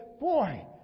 Boy